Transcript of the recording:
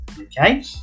okay